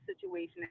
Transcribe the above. situation